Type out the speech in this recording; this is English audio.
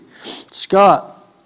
Scott